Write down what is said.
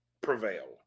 prevail